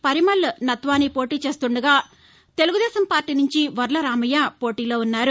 పరిమల్ నత్వాని పోటీ చేస్తుండగా తెలుగుదేశం పార్లీ నుంచి పర్ల రామయ్య పోటీలో ఉన్నారు